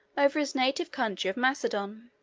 over his native country of macedon.